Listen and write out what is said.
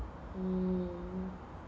mm